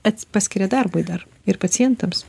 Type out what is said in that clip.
ats paskiria darbui dar ir pacientams